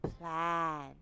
plan